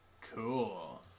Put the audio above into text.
Cool